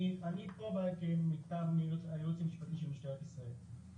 אני פה מטעם הייעוץ המשפטי של משטרת ישראל.